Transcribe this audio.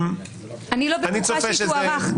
אני לא בטוחה שזה יוארך.